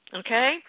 okay